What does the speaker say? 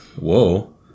Whoa